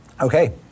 Okay